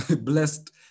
blessed